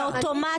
זה אוטומטי,